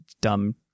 Dumb